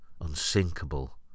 unsinkable